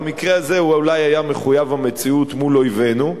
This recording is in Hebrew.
במקרה הזה הוא אולי היה מחויב המציאות מול אויבינו,